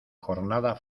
jornada